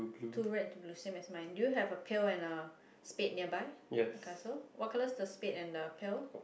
two red two blue same as mine do you have a pail and a spade nearby the castle what colours the spade and the pail